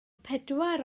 pedwar